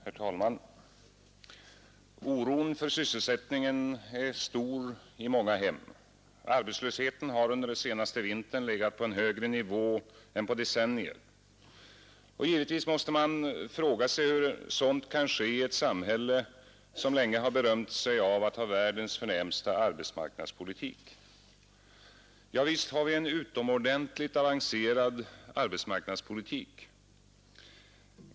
Herr talman! Oron för sysselsättningen är stor i många hem. Arbetslösheten har under den senaste vintern legat på en högre nivå än på decennier. Givetvis måste många fråga sig hur sådant kan ske i ett samhälle som länge berömt sig av att ha världens förnämsta arbetsmarknadspolitik. Ja visst har vi en utomordentligt avancerad arbetsmarknadspolitik.